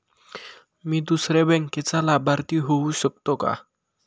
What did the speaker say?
मी दुसऱ्या बँकेचा लाभार्थी होऊ शकतो का?